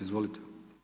Izvolite.